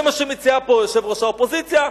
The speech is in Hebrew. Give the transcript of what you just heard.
זה מה שמציעה פה יושבת-ראש האופוזיציה,